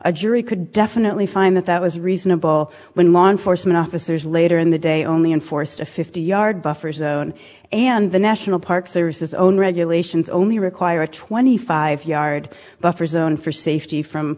a jury could definitely fine that that was reasonable when law enforcement officers later in the day only enforced a fifty yard buffer zone and the national park service says own regulations only require a twenty five yard buffer zone for safety from